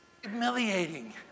humiliating